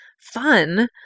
fun